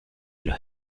los